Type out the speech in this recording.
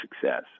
success